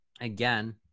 again